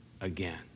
again